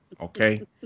Okay